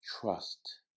Trust